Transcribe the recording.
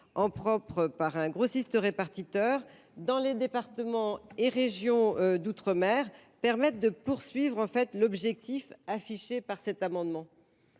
en propre par un grossiste répartiteur dans les départements et régions d’outre mer permette d’atteindre l’objectif affiché par les auteurs